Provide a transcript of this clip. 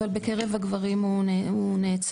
אבל בקרב הגברים הוא נעצר.